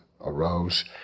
arose